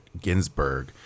Ginsburg